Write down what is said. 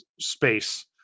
space